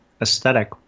aesthetic